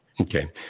Okay